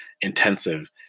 intensive